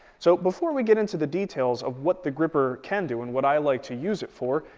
so before we get into the details of what the grr-ripper can do and what i like to use it for,